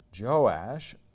Joash